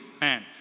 man